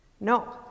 No